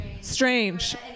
strange